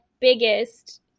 biggest –